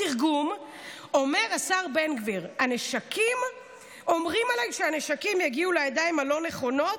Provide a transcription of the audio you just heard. בתרגום אומר השר בן גביר: אומרים עליי שהנשקים יגיעו לידיים הלא-נכונות,